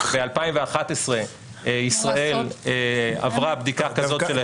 ב -2011 ישראל עברה בדיקה כזאת שלהם.